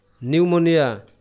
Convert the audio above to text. Pneumonia